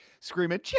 screaming